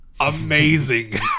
Amazing